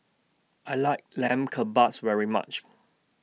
I like Lamb Kebabs very much